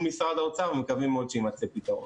משרד האוצר ומקווים מאוד שיימצא פתרון.